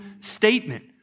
statement